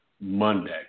Monday